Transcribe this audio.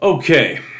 Okay